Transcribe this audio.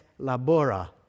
labora